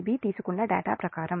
Ib తీసుకున్న data ప్రకారం